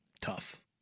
tough